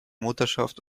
mutterschaft